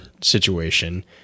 situation